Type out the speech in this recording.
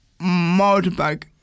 motorbike